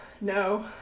No